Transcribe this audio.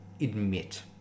admit